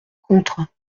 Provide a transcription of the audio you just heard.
contre